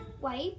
wipe